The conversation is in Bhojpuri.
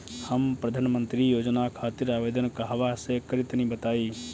हम प्रधनमंत्री योजना खातिर आवेदन कहवा से करि तनि बताईं?